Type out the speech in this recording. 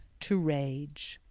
to rage.